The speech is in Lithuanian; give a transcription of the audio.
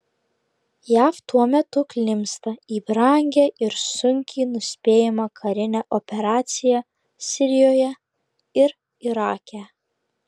jav tuo metu klimpsta į brangią ir sunkiai nuspėjamą karinę operaciją sirijoje ir irake